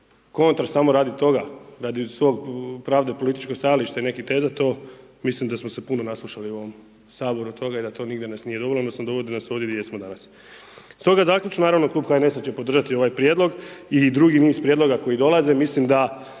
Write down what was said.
kontra samo radi toga, radi svog pravde i političkog stajališta i nekih teza to mislim da smo se puno naslušali u ovom Saboru od toga i da to nigdje nas nije dovelo odnosno dovodi nas ovdje gdje jesmo danas. Stoga zaključno, naravno Klub HNS-a će podržati ovaj prijedlog i drugi niz prijedloga koji dolaze, mislim da